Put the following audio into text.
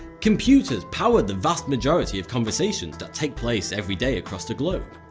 computers power the vast majority of conversations that take place every day across the globe.